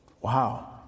Wow